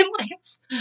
lights